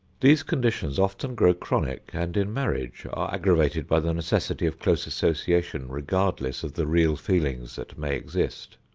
these conditions often grow chronic, and in marriage are aggravated by the necessity of close association regardless of the real feelings that may exist.